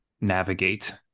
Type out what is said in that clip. navigate